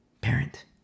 Parent